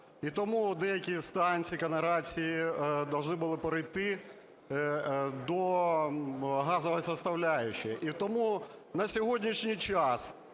І тому деякі станції, когенерації должны были перейти до газовой составляющей. І тому на сьогоднішній час